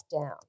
down